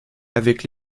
avec